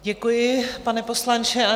Děkuji, pane poslanče.